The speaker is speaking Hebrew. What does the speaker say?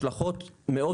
השלכות מאוד מאוד משמעותיות.